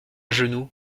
genoux